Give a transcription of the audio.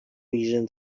reason